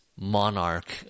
monarch